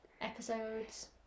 episodes